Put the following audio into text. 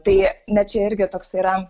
tai net čia irgi toksai yra